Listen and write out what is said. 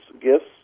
gifts